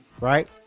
Right